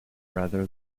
rather